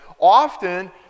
often